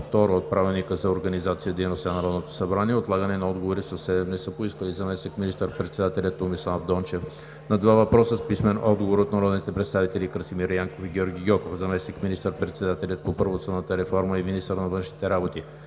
от Правилника за организацията и дейността на Народното събрание отлагане на отговори със седем дни са поискали: - заместник министър-председателят Томислав Дончев – на два въпроса с писмен отговор от народните представители Красимир Янков; и Георги Гьоков; - заместник министър-председателят по правосъдната реформа и министър на външните работи